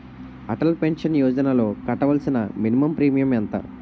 Atal pension యోజనలో కట్టవలసిన minimum premium ఎంత?